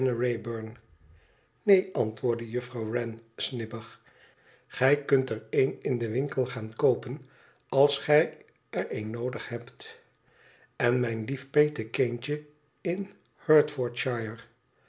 neeo antwoordde juffrouw wren snibbig igij ktmt er een in den winkel gaan koopen als gij er een noodig hebt en mijn lief petekindje in